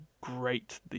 great